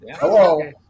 Hello